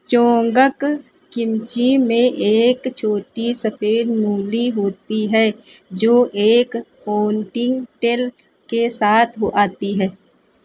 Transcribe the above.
chonggak kimchi में एक छोटी सफ़ेद मूली होती है जो एक पोनटिन्गटेल के साथ आती है